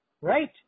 Right